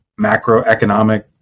macroeconomic